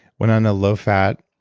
went on a low fat,